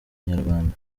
inyarwanda